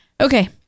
okay